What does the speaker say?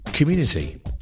Community